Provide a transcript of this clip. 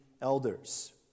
elders